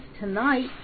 tonight